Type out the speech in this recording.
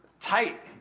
tight